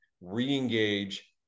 re-engage